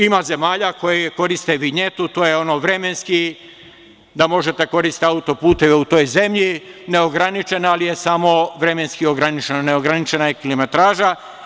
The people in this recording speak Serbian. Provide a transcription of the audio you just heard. Ima zemalja koje koriste vinjetu, to je ono vremenski da mogu da koriste autoputeve u tom zemlji neograničeno, ali je samo vremenski ograničeno, neograničena je kilometraža.